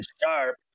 Sharp